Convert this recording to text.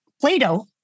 Plato